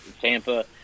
Tampa